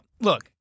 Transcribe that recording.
Look